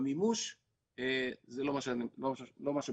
המימוש זה לא מה שמחפשים.